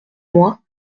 mois